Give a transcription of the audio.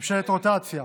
ממשלת רוטציה,